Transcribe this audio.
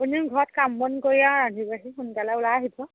আপুনিও ঘৰত কাম বন কৰি আৰু ৰান্ধিব সোনকালে ওলাই আহিব